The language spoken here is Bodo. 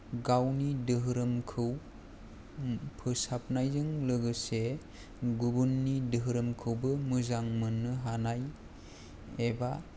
गावनि दोहोरोमखौ फोसाबनायजों लोगोसे गुबुननि दोहोरोमखौबो मोजां मोननो हानाय एबा